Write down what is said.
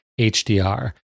HDR